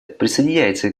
присоединяется